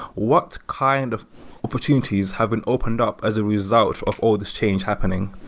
what kind of opportunities have been opened up as a result of all these change happening?